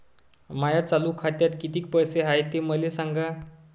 माया चालू खात्यात किती पैसे हाय ते मले सांगा